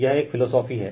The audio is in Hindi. यह एक फिलोसोफी है